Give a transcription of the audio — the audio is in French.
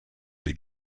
des